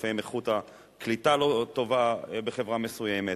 לפעמים איכות הקליטה לא טובה בחברה מסוימת,